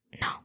No